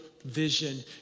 Vision